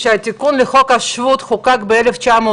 שהתיקון לחוק השבות חוקק ב-1970,